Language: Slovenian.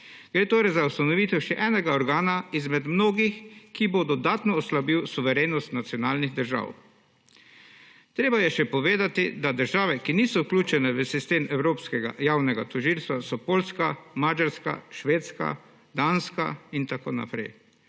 Gre torej za ustanovitev še enega organa, izmed mnogih, ki bo dodatno oslabil suverenost nacionalnih držav. Treba je še povedati, da države, ki niso vključene v sistem evropskega javnega tožilstva, so Poljska, Madžarska, Švedska, Danska in tako naprej.